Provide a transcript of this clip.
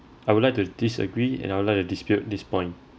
I would like to disagree and I would like to dispute this point